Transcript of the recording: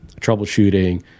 troubleshooting